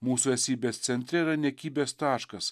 mūsų esybės centre yra niekybės taškas